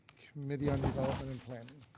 committee on development and planning.